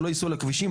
שלא ייסעו על הכבישים,